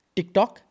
TikTok